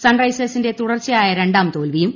sun റൈസേഴ്സിന്റെ തുടർച്ചയായ രണ്ടാം തോൽവിയും